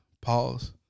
Pause